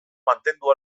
mantendu